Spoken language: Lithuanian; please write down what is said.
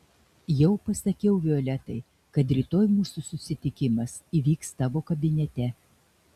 jau pasakiau violetai kad rytoj mūsų susitikimas įvyks tavo kabinete